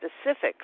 specifics